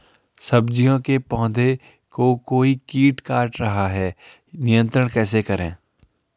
सब्जियों के पौधें को कोई कीट काट रहा है नियंत्रण कैसे करें?